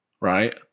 right